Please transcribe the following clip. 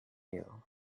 you